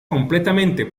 completamente